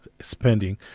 spending